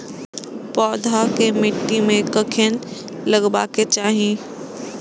पौधा के मिट्टी में कखेन लगबाके चाहि?